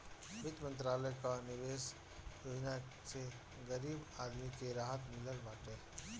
वित्त मंत्रालय कअ निवेश योजना से गरीब आदमी के राहत मिलत बाटे